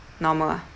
normal ah